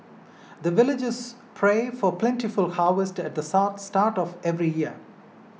the villagers pray for plentiful harvest at the start of every year